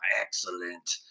Excellent